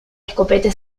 escopeta